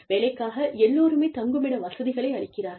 வேலைக்காக எல்லோருமே தங்குமிட வசதிகளை அளிக்கிறார்கள்